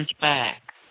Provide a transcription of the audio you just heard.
back